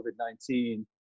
COVID-19